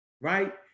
right